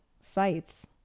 sites